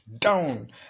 down